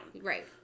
Right